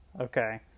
Okay